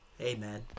Amen